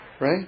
Right